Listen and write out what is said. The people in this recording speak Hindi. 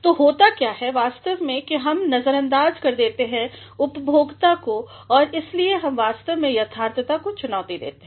तो होता क्या हैवास्तव में कि हम नज़रअंदाज़ कर देते हैं उपभोगता को और इसलिए हम वास्तव में यथार्थता को चुनौती देते हैं